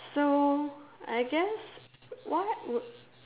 so I guess what would